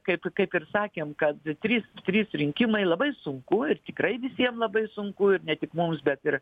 kaip kaip ir sakėm kad trys trys rinkimai labai sunku ir tikrai visiem labai sunku ir ne tik mums bet ir